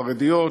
חרדיות,